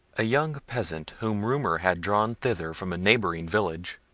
a young peasant, whom rumour had drawn thither from a neighbouring village,